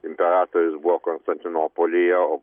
imperatorius buvo konstantinopolyje o